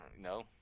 No